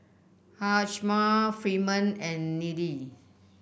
Hjalmar Freeman and Nelie